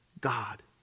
God